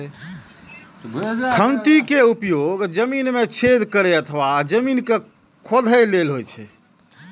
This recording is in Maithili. खंती के उपयोग जमीन मे छेद करै अथवा जमीन कें खोधै लेल होइ छै